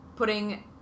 putting